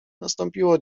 nastąpiło